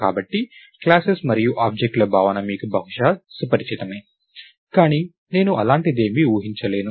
కాబట్టి క్లాసెస్ మరియు ఆబ్జెక్ట్ ల భావన మీకు బహుశా సుపరిచితమే కానీ నేను అలాంటిదేమీ ఊహించలేను